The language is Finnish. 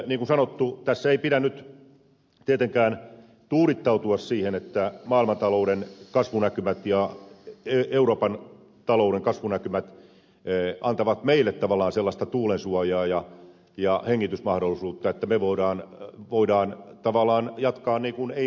niin kuin sanottu tässä ei pidä nyt tietenkään tuudittautua siihen että maailmantalouden kasvunäkymät ja euroopan talouden kasvunäkymät antavat meille tavallaan sellaista tuulensuojaa ja hengitysmahdollisuutta että me voimme tavallaan jatkaa niin kuin ei mitään